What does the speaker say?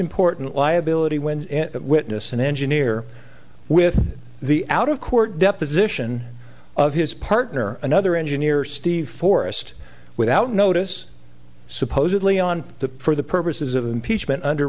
important liability when a witness an engineer with the out of court deposition of his partner another engineer steve forrest without notice supposedly on the for the purposes of impeachment under